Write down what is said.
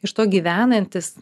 iš to gyvenantis